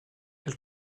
elle